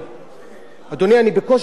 אני בקושי שומע את עצמי,